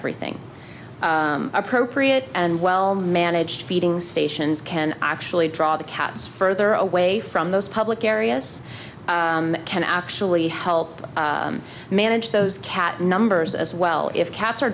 everything appropriate and well managed feeding stations can actually draw the cats further away from those public areas can actually help manage those cat numbers as well if cats are